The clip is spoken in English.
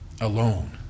Alone